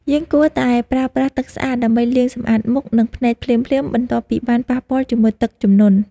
យើងគួរតែប្រើប្រាស់ទឹកស្អាតដើម្បីលាងសម្អាតមុខ និងភ្នែកភ្លាមៗបន្ទាប់ពីបានប៉ះពាល់ជាមួយទឹកជំនន់។